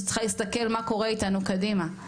וזאת שצריכה להסתכל מה קורה איתנו קדימה,